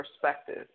perspective